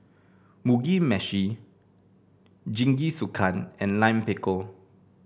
Mugi Meshi Jingisukan and Lime Pickle